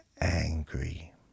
angry